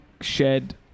shed